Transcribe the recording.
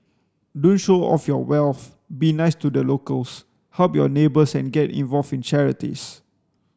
don't show off your wealth be nice to the locals help your neighbours and get involved in charities